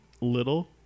Little